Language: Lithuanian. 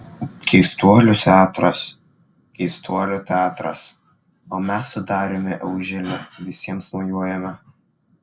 keistuolių teatras keistuolių teatras o mes su dariumi auželiu visiems mojuojame